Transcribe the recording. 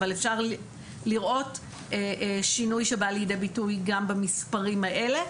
אבל אפשר לראות שינוי שבא לידי ביטוי גם במספרים האלה,